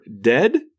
dead